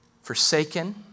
forsaken